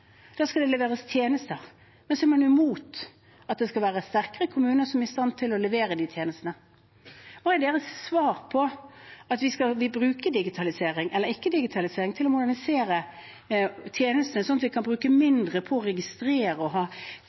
Da skal det leveres tjenester, men man er imot at det skal være sterkere kommuner, som er i stand til å levere de tjenestene. Hva er deres svar? Skal vi bruke digitalisering eller ikke til å modernisere tjenestene, slik at vi kan bruke mindre på å registrere og